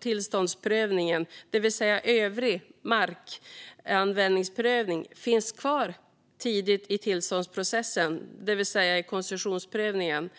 tillståndsprövningen, det vill säga övrig markanvändningsprövning, finns kvar i tidigt i tillståndsprocessen, alltså i koncessionsprövningen.